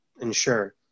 ensure